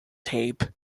tape